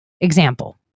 example